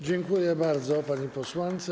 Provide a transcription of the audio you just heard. Dziękuję bardzo pani posłance.